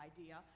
idea